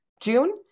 June